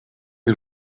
już